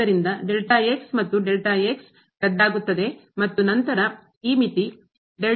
ಆದ್ದರಿಂದ ಮತ್ತು ರದ್ದಾಗುತ್ತದೆ ಮತ್ತು ನಂತರ ಈ ಮಿತಿ 0 ಹೋಗುತ್ತದೆ